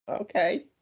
okay